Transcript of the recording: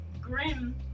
Grim